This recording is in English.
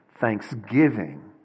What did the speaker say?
Thanksgiving